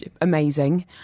Amazing